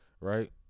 Right